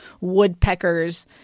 woodpeckers